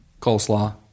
coleslaw